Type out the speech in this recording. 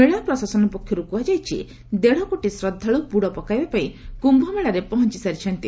ମେଳା ପ୍ରଶାସନ ପକ୍ଷରୁ କୁହାଯାଇଛି ଦେଢ଼କୋଟି ଶ୍ରଦ୍ଧାଳୁ ବୁଡ଼ ପକାଇବା ପାଇଁ କ୍ୟୁ ମେଳାରେ ପହଞ୍ଚି ସାରିଛନ୍ତି